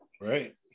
Right